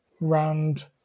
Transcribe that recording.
round